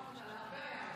לא רק אתה, להרבה הייתה היום.